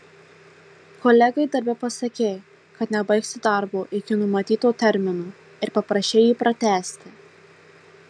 kolegai darbe pasakei kad nebaigsi darbo iki numatyto termino ir paprašei jį pratęsti